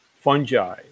Fungi